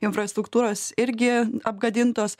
infrastruktūros irgi apgadintos